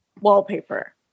wallpaper